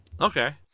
Okay